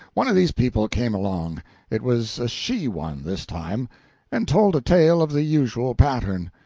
one of these people came along it was a she one, this time and told a tale of the usual pattern.